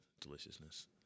deliciousness